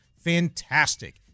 Fantastic